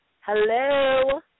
Hello